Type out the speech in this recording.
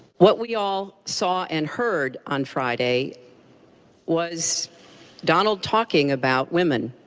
what we all saw and heard on friday was donald talking about women,